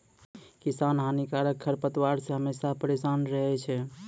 किसान हानिकारक खरपतवार से हमेशा परेसान रहै छै